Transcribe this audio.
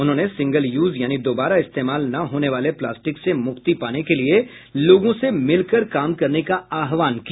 उन्होंने single use यानी दोबारा इस्तेमाल न होने वाले प्लास्टिक से मुक्ति पाने के लिए लोगों से मिलकर काम करने का आहवान किया